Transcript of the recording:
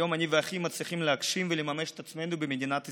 היום אני ואחי מצליחים להגשים ולממש את עצמנו במדינת ישראל,